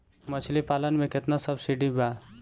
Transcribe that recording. मछली पालन मे केतना सबसिडी बा?